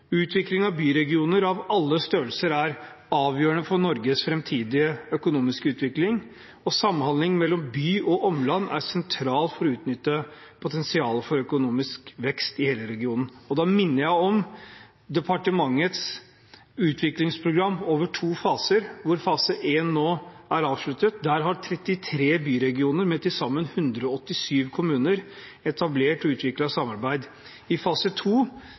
utvikling, og samhandling mellom by og omland er sentralt for å utnytte potensialet for økonomisk vekst i hele regionen. Og da minner jeg om departementets utviklingsprogram over to faser, hvor fase 1 nå er avsluttet. Der har 33 byregioner med til sammen 187 kommuner etablert og utviklet samarbeid. I fase